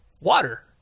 Water